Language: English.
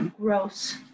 gross